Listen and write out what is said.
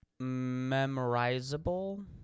memorizable